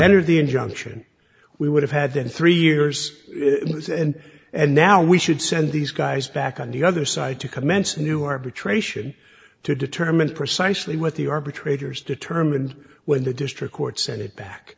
entered the injunction we would have had then three years and and now we should send these guys back on the other side to commence a new arbitration to determine precisely what the arbitrators determined when the district court sent it back